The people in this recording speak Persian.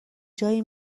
جایی